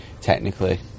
technically